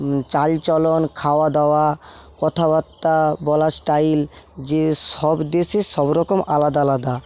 চালচলন খাওয়াদাওয়া কথাবার্তা বলার স্টাইল যে সব দেশের সব রকম আলাদা আলাদা